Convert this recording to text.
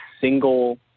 single